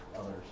others